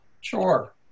sure